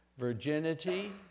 virginity